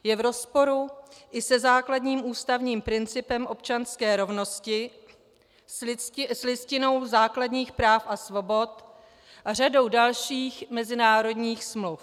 Je v rozporu i se základním ústavním principem občanské rovnosti, s Listinou základních práv a svobod a řadou dalších mezinárodních smluv.